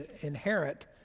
inherit